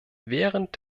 während